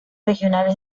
regionales